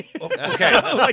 Okay